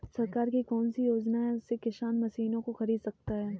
सरकार की कौन सी योजना से किसान मशीनों को खरीद सकता है?